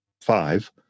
five